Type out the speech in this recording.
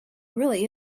really